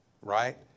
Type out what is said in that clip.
right